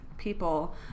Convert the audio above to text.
people